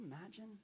imagine